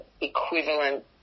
equivalent